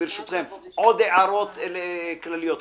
עוד הערות כלליות?